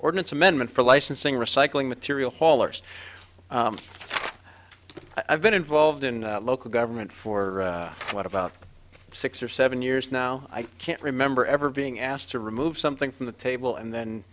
ordinance amendment for licensing recycling material haulers i've been involved in local government for what about six or seven years now i can't remember ever being asked to remove something from the table and then